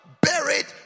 buried